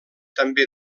també